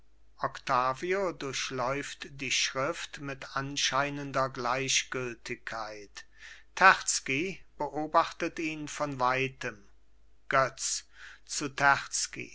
octavio durchläuft die schrift mit anscheinender gleichgültigkeit terzky beobachtet ihn von weitem götz zu